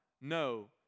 No